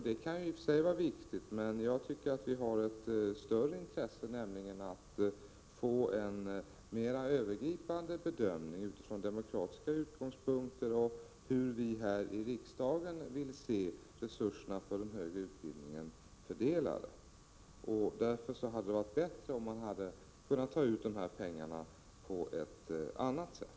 Det kan i och för sig vara viktigt, men jag tycker att vi har ett större intresse, nämligen att få en mera övergripande bedömning utifrån demokratiska utgångspunkter och med hänsyn till hur vi här i riksdagen vill se resurserna för den högre utbildningen fördelade. Därför hade det varit bättre om man hade kunnat få ut pengarna på ett annat sätt.